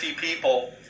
people